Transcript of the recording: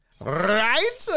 Right